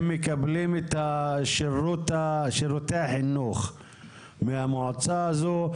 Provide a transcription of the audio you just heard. הם מקבלים את שירותי החינוך מהמועצה הזו.